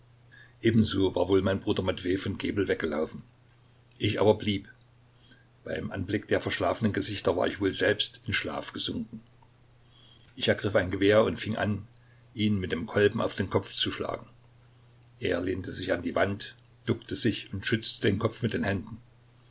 ebenso war wohl mein bruder matwej von gebel weggelaufen ich aber blieb beim anblick der verschlafenen gesichter war ich wohl selbst in schlaf gesunken ich ergriff ein gewehr und fing an ihn mit dem kolben auf den kopf zu schlagen er lehnte sich an die wand duckte sich und schützte den kopf mit den händen